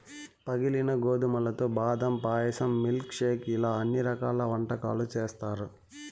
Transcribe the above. పగిలిన గోధుమలతో బాదం పాయసం, మిల్క్ షేక్ ఇలా అన్ని రకాల వంటకాలు చేత్తారు